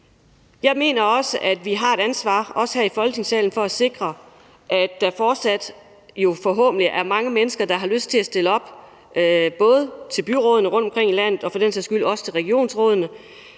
Jeg mener, at vi har et ansvar, også her i Folketingssalen, for at sikre, at der jo forhåbentlig fortsat er mange mennesker, der har lyst til at stille op både til byrådene rundtomkring i landet og for den sags skyld også til regionsrådene.